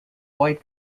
white